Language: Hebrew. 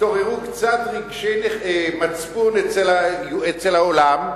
התעוררו קצת רגשי מצפון אצל העולם,